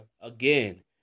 again